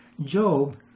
Job